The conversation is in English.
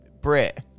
Brit